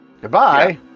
Goodbye